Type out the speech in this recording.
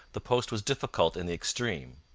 the post was difficult in the extreme.